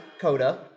Coda